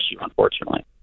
unfortunately